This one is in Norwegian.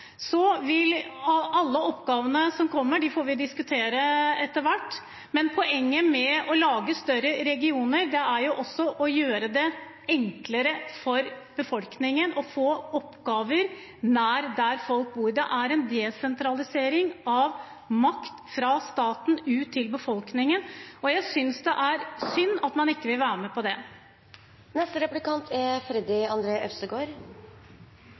så er det slik at det er noen regioner som er mer utfordrende enn andre. Jeg tror at Viken, slik som den er i dag, vil være en god region både arbeidsmessig og ikke minst transportmessig. Alle oppgavene som kommer, får vi diskutere etter hvert, men poenget med å lage større regioner er også å gjøre det enklere for befolkningen og få oppgaver nær der folk bor. Det er desentralisering av makt fra staten og ut